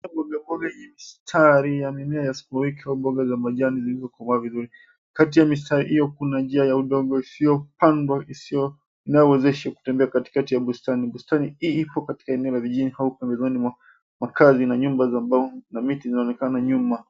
...mistari ya mimea ya sukuma wiki au mboga za majani zilizokomaa vizuri. Kati ya mistari hiyo kuna njia ya udongo isiyopandwa, isiyo inayowezesha kutembea katikati ya bustani. Bustani hii iko katika eneo la vijijini au pembezoni mwa makazi na nyumba za mbao na miti zinaonekana nyuma.